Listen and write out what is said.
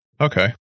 Okay